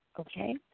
okay